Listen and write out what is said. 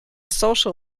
social